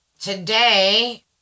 Today